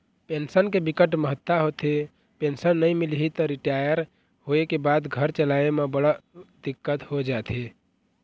pension के बिकट महत्ता होथे, पेंसन नइ मिलही त रिटायर होए के बाद घर चलाए म बड़ दिक्कत हो जाथे